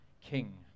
king